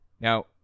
Now